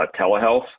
telehealth